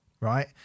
right